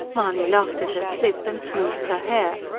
mahony laughed at her slip, and smoothed her hair.